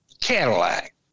Cadillac